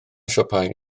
siopau